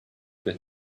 with